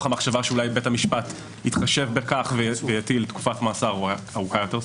המחשבה שאולי בית המשפט יתחשב בכך ויטיל תקופת מאסר ארוכה יותר.